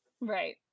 Right